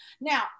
Now